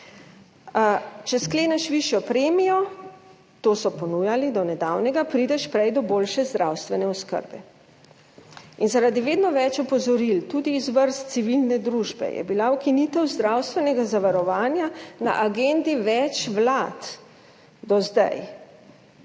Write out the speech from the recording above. Če skleneš višjo premijo, to so ponujali do nedavnega, prideš prej do boljše zdravstvene oskrbe. In zaradi vedno več opozoril, tudi iz vrst civilne družbe, je bila ukinitev zdravstvenega zavarovanja na agendi več vlad do zdaj,